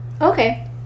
okay